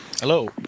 Hello